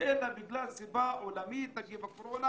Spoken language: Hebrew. אלא בגלל סיבה עולמית נגיף הקורונה